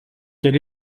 quel